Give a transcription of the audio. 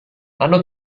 hanno